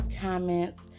comments